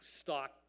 stock